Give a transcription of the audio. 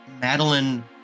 Madeline